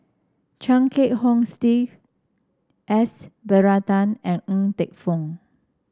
Chia Kiah Hong Steve S Varathan and Ng Teng Fong